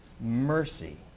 mercy